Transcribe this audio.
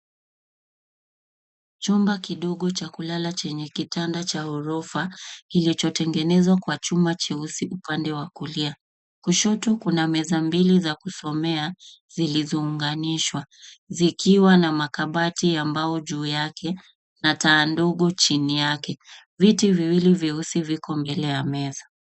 Chumba kidogo cha kulala chenye kitanda cha gorofa kilichotengenezwa kwa chuma cheusi upande wa kulia. Kushoto kuna meza mbili za kusomea zilizounganishwa zikiwa na makabati ya mbao juu yake na taa ndogo chini yake, viti viwili vyeusi viko mbele ya meza.